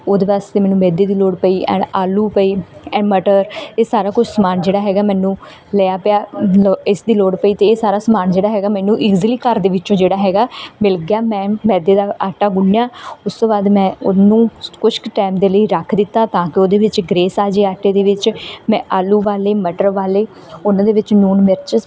ਉਹਦੇ ਵਾਸਤੇ ਮੈਨੂੰ ਮੈਦੇ ਦੀ ਲੋੜ ਪਈ ਐਂਡ ਆਲੂ ਪਏ ਇਹ ਮਟਰ ਇਹ ਸਾਰਾ ਕੁਛ ਸਮਾਨ ਜਿਹੜਾ ਹੈਗਾ ਮੈਨੂੰ ਲਿਆ ਪਿਆ ਮਤਲਬ ਇਸ ਦੀ ਲੋੜ ਪਈ ਅਤੇ ਇਹ ਸਾਰਾ ਸਮਾਨ ਜਿਹੜਾ ਹੈਗਾ ਮੈਨੂੰ ਈਜ਼ੀਲੀ ਘਰ ਦੇ ਵਿੱਚੋਂ ਜਿਹੜਾ ਹੈਗਾ ਮਿਲ ਗਿਆ ਮੈਂ ਮੈਦੇ ਦਾ ਆਟਾ ਗੁੰਨਿਆ ਉਸ ਤੋਂ ਬਾਅਦ ਮੈਂ ਉਹਨੂੰ ਕੁਛ ਕੁ ਟਾਈਮ ਦੇ ਲਈ ਰੱਖ ਦਿੱਤਾ ਤਾਂ ਕਿ ਉਹਦੇ ਵਿੱਚ ਗਰੇਸ ਆ ਜਾਵੇ ਆਟੇ ਦੇ ਵਿੱਚ ਮੈਂ ਆਲੂ ਉਬਾਲੇ ਮਟਰ ਉਬਾਲੇ ਉਹਨਾਂ ਦੇ ਵਿੱਚ ਲੂਣ ਮਿਰਚ